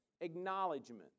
acknowledgement